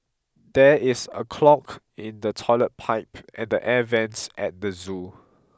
there is a clog in the toilet pipe and the air vents at the zoo